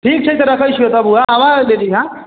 ठीक छै तऽ रखै छिअ तऽ बउवा आबऽ लऽ लिहऽ